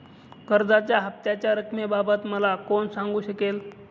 कर्जाच्या हफ्त्याच्या रक्कमेबाबत मला कोण सांगू शकेल?